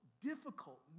difficult